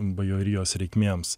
bajorijos reikmėms